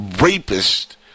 rapist